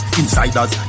insiders